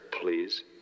please